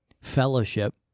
fellowship